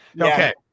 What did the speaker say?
Okay